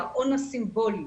ההון הסימבולי,